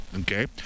okay